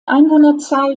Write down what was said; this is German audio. einwohnerzahl